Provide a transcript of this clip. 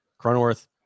Cronworth